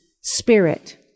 Spirit